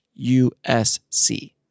USC